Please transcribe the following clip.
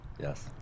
Yes